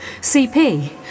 CP